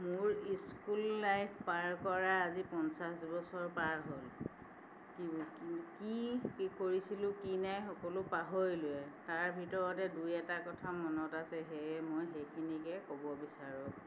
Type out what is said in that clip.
মোৰ school life পাৰ কৰা আজি পঞ্চাছ বছৰ পাৰ হ'ল কি বুলি কি কি কৰিছিলোঁ কি নাই সকলো পাহৰিলোঁৱে তাৰ ভিতৰতে দুই এটা কথা মনত আছে সেয়ে মই সেইখিনিকে ক'ব বিচাৰোঁ